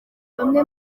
bamwe